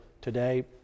today